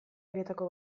horietako